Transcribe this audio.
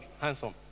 handsome